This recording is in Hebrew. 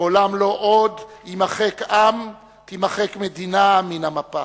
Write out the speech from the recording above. לעולם לא עוד יימחק עם, תימחק מדינה, מן המפה.